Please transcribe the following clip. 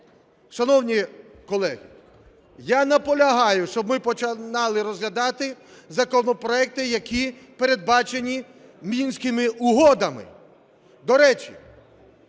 Шановні колеги! Я наполягаю, щоб ми починали розглядати законопроекти, які передбачені Мінськими угодами.